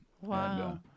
Wow